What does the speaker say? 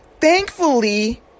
thankfully